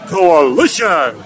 Coalition